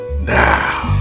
now